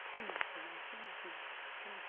खोनायासैना खोनायासै खोमा